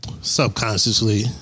subconsciously